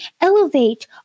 elevate